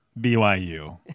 BYU